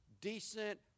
decent